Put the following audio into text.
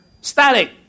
static